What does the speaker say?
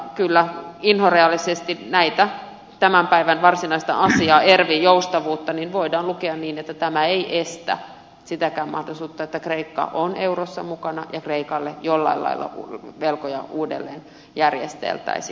kyllä inhorealistisesti tätä tämän päivän varsinaista asiaa ervvn joustavuutta voidaan lukea niin että tämä ei estä sitäkään mahdollisuutta että kreikka on eurossa mukana ja kreikalle jollain lailla velkoja uudelleen järjesteltäisiin